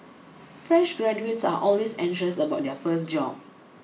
fresh graduates are always anxious about their first job